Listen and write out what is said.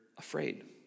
Afraid